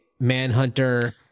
Manhunter